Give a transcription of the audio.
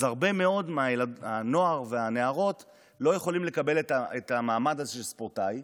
אז הרבה מהנערים והנערות לא יכולים לקבל את המעמד הזה של ספורטאי,